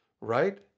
right